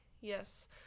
yes